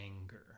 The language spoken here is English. anger